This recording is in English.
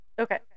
Okay